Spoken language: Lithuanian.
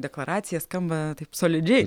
deklaracija skamba taip solidžiai